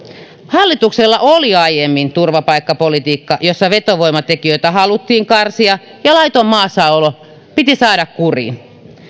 hallituksella oli aiemmin turvapaikkapolitiikka jossa vetovoimatekijöitä haluttiin karsia ja laiton maassaolo piti saada kuriin